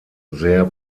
sehr